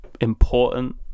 important